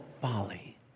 folly